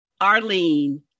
Arlene